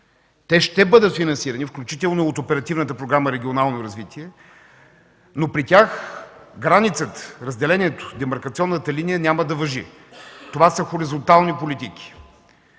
ще бъдат финансирани, включително и от Оперативна програма „Регионално развитие”, но при тях границата, разделението, демаркационната линия няма да важи. Това са хоризонтални политики.